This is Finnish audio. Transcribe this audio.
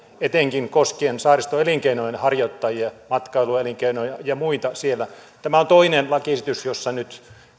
etenkin koskien saaristoelinkeinojen harjoittajia matkailuelinkeinoja ja muita siellä tämä on toinen lakiesitys jossa nyt